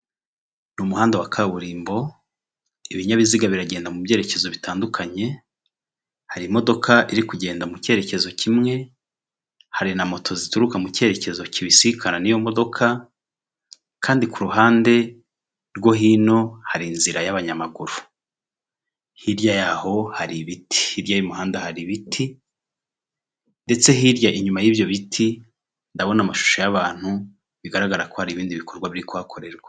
Mu muhanda wa kaburimbo ibinyabiziga biragenda mu byerekezo bitandukanye harimo iri kugenda mu cyerekezo kimwe hari na moto zituruka mu cyerekezo kibisikana n'iyo modoka kandi ku ruhande rwo hino hari inzira y'abanyamaguru. Hirya ya'ho hari ibiti hirya y'imihanda hari ibiti ndetse hirya inyuma y'ibyo biti ndabona amashusho y'abantu bigaragara ko hari ibindi bikorwa biri kuhakorerwa.